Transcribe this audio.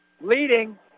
Leading